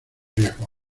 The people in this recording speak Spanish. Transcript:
riesgos